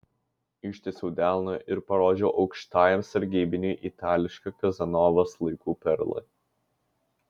ištiesiau delną ir parodžiau aukštajam sargybiniui itališką kazanovos laikų perlą